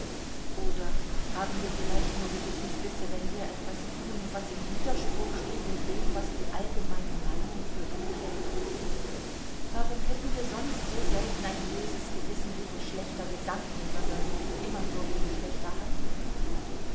oder haben wir vielleicht nur gewissensbisse wenn wir etwas tun was im widerspruch steht mit dem was die allgemeine meinung für gut hält warum hätten wir sonst so selten ein böses gewissen wegen schlechter gedanken sondern immer nur wegen schlechter handlungen